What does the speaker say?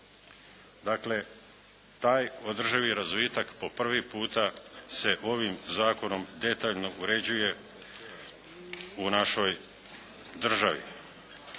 Dakle taj održivi razvitak po prvi puta se ovim zakonom detaljno uređuje u našoj državi.